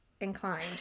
inclined